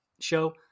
show